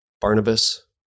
Barnabas